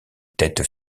tête